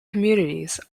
communities